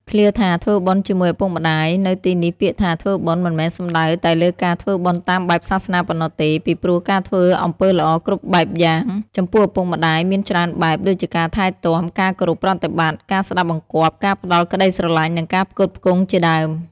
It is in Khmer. ឃ្លាថា ធ្វើបុណ្យជាមួយឪពុកម្តាយ នៅទីនេះពាក្យថា ធ្វើបុណ្យ មិនមែនសំដៅតែលើការធ្វើបុណ្យតាមបែបសាសនាប៉ុណ្ណោះទេ ពីព្រោះការធ្វើអំពើល្អគ្រប់បែបយ៉ាងចំពោះឪពុកម្តាយមានច្រើនបែប ដូចជាការថែទាំ ការគោរពប្រតិបត្តិ ការស្តាប់បង្គាប់ ការផ្តល់ក្តីស្រឡាញ់ និងការផ្គត់ផ្គង់ជាដើម។